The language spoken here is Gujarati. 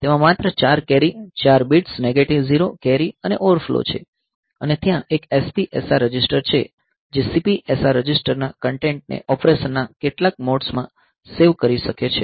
તેમાં માત્ર 4 carry 4 bits negative zero carry અને ઓવરફ્લો છે અને ત્યાં એક SPSR રજિસ્ટર છે જે CPSR રજિસ્ટરના કન્ટેન્ટ ને ઓપરેશનના કેટલાક મોડ્સ માં સેવ કરી શકે છે